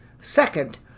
Second